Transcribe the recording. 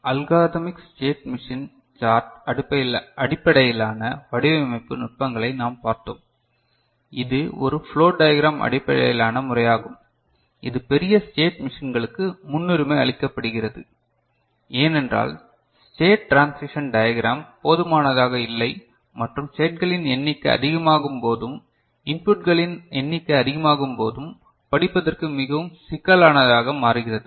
algorithmic state machine chart அடிப்படையிலான வடிவமைப்பு நுட்பங்களையும் நாம் பார்த்தோம் இது ஒரு ப்ளோவ் டயக்ராம் அடிப்படையிலான முறையாகும் இது பெரிய ஸ்டேட் மெஷின்களுக்கு முன்னுரிமை அளிக்கப்படுகிறது ஏனென்றால் ஸ்டேட் ட்ரான்சிசின் டயக்ராம் போதுமானதாக இல்லை மற்றும் ஸ்டேட்களின் எண்ணிக்கை அதிகமாகும்போதும் இன்புட் களின் எண்ணிக்கை அதிகமாகும்போதும் படிப்பதற்கு மிகவும் சிக்கலானதாக மாறுகிறது